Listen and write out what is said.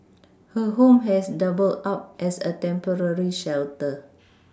her home has doubled up as a temporary shelter